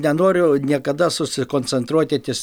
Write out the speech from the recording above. nenoriu niekada susikoncentruoti ties